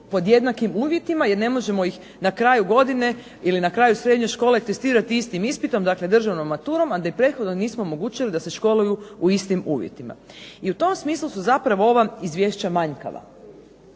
pod jednakim uvjetima jer ne možemo ih na kraju godine ili na kraju srednje škole testirati istim ispitom, dakle državnom maturom, a da im prethodno nismo omogućili da se školuju u istim uvjetima. I u tom smislu su zapravo ova izvješća manjkava.